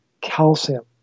calcium